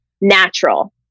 natural